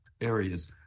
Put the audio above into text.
areas